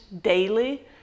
daily